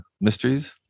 mysteries